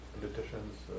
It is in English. politicians